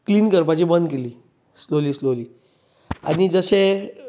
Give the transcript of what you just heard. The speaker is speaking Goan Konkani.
क्लिन करपाची बंद केली स्लोली स्लोली आनी जशें